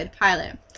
pilot